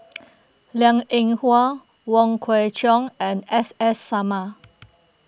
Liang Eng Hwa Wong Kwei Cheong and S S Sarma